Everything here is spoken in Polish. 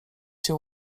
się